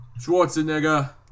Schwarzenegger